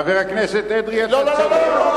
חבר הכנסת אדרי, אתה צודק.